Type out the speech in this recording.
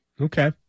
Okay